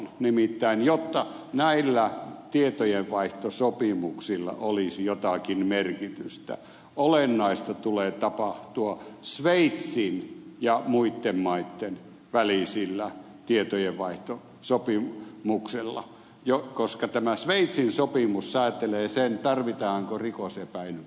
nimittäin jotta näillä tietojenvaihtosopimuksilla olisi jotakin merkitystä olennaista tulee tapahtua sveitsin ja muitten maitten välisillä tietojenvaihtosopimuksilla koska tämä sveitsin sopimus säätelee sen tarvitaanko rikosepäily vai ei